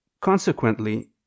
consequently